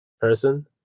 person